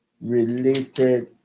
related